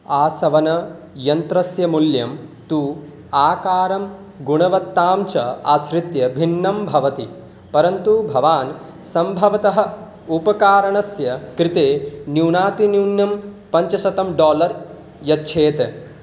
आसवनयन्त्रस्य मूल्यं तु आकारं गुणवत्तां च आश्रित्य भिन्नं भवति परन्तु भवान् सम्भवतः उपकरणस्य कृते न्यूनातिन्यूनं पञ्चशतं डालर् यच्छेत्